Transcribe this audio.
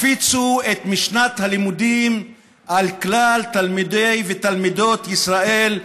הפיצו את משנת הלימודים לכלל תלמידי ותלמידות ישראל,